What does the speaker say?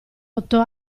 otto